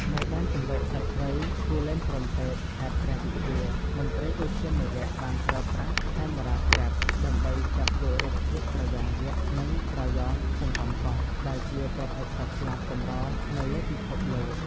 នៅ ដែនជម្រកសត្វព្រៃគូលែនព្រហ្មទេព ខេត្តព្រះវិហារ មន្ត្រីឧទ្យានុរក្សបានប្រើប្រាស់ Camera Trap ដើម្បីចាប់យករូបភាពត្រយ៉ងយក្ស និងត្រយ៉ងចង្កំកស ដែលជាប្រភេទសត្វស្លាបកម្រនៅលើពិភពលោក។